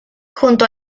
junto